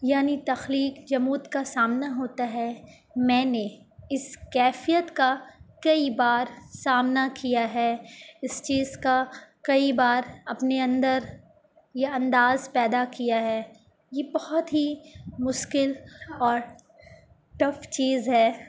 یعنی تخلیق جمود کا سامنا ہوتا ہے میں نے اس کیفیت کا کئی بار سامنا کیا ہے اس چیز کا کئی بار اپنے اندر یا انداز پیدا کیا ہے یہ بہت ہی مشکل اور ٹف چیز ہے